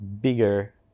bigger